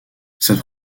cette